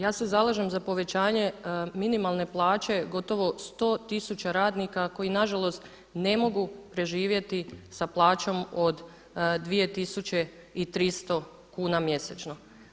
Ja se zalažem za povećanje minimalne plaće gotovo 100.000 radnika koji na žalost ne mogu preživjeti sa plaćom od 2.300 kuna mjesečno.